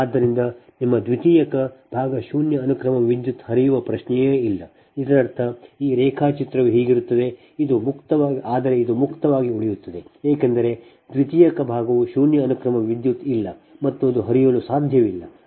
ಆದ್ದರಿಂದ ನಿಮ್ಮ ದ್ವಿತೀಯಕ ಭಾಗ ಶೂನ್ಯ ಅನುಕ್ರಮ ವಿದ್ಯುತ್ ಹರಿಯುವ ಪ್ರಶ್ನೆಯೇ ಇಲ್ಲ ಇದರರ್ಥ ಈ ರೇಖಾಚಿತ್ರವು ಹೀಗಿರುತ್ತದೆ ಆದರೆ ಇದು ಮುಕ್ತವಾಗಿ ಉಳಿಯುತ್ತದೆ ಏಕೆಂದರೆ ದ್ವಿತೀಯಕ ಭಾಗವು ಶೂನ್ಯ ಅನುಕ್ರಮ ವಿದ್ಯುತ್ ಇಲ್ಲ್ಲ ಮತ್ತು ಅದು ಹರಿಯಲು ಸಾಧ್ಯವಿಲ್ಲ